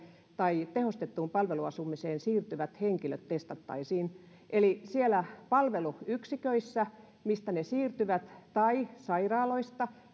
tai tehostettuun palveluasumiseen siirtyvät henkilöt testattaisiin eli sieltä palveluyksiköistä siirtyvät tai sairaaloista